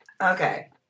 Okay